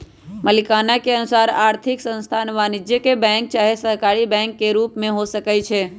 मलिकाना के अनुसार आर्थिक संस्थान वाणिज्यिक बैंक चाहे सहकारी बैंक के रूप में हो सकइ छै